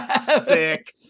Sick